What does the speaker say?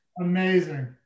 Amazing